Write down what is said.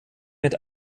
mit